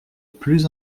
plus